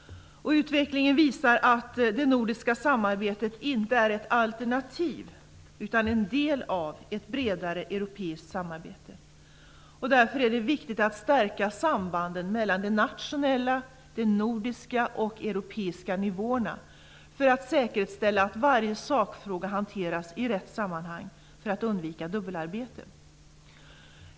Utvecklingen visar att det nordiska samarbetet inte är ett alternativ utan en del av ett bredare europeiskt samarbete. Därför är det viktigt att stärka sambanden mellan de nationella, nordiska och europeiska nivåerna för att säkerställa att varje sakfråga hanteras i rätt sammanhang för att undvika dubbelarbete.